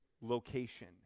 location